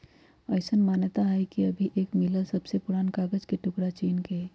अईसन मानता हई कि अभी तक मिलल सबसे पुरान कागज के टुकरा चीन के हई